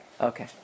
Okay